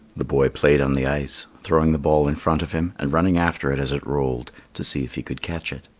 the boy played on the ice, throwing the ball in front of him and running after it as it rolled to see if he could catch it.